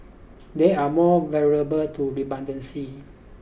they are more vulnerable to redundancy